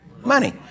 Money